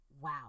Wow